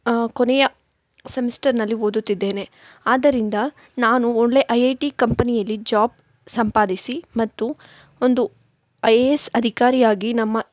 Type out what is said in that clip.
ಕೊನೆಯ ಸೆಮಿಸ್ಟರ್ನಲ್ಲಿ ಓದುತ್ತಿದ್ದೇನೆ ಆದ್ದರಿಂದ ನಾನು ಒಳ್ಳೆ ಐ ಐ ಟಿ ಕಂಪನಿಯಲ್ಲಿ ಜಾಬ್ ಸಂಪಾದಿಸಿ ಮತ್ತು ಒಂದು ಐ ಎ ಎಸ್ ಅಧಿಕಾರಿಯಾಗಿ ನಮ್ಮ